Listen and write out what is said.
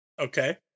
Okay